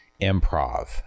improv